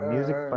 Music